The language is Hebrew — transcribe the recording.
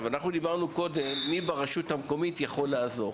אנחנו דיברנו קודם על מי ברשות המקומית יכול לעזור.